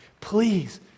please